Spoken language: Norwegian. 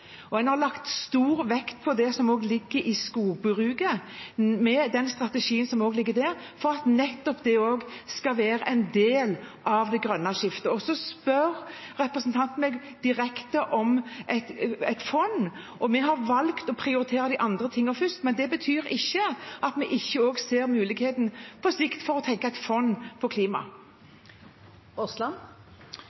En har også lagt stor vekt på skogbruket og den strategien som gjelder der, for at det også skal være en del av det grønne skiftet. Representanten Aasland spør meg direkte om et fond. Vi har valgt å prioritere de andre tingene først, men det betyr ikke at vi ikke også ser muligheter for – på sikt – et fond for klimaet.